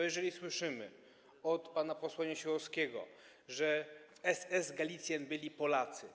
Jeżeli słyszymy od pana posła Niesiołowskiego, że w SS Galizien byli Polacy.